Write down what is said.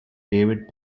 david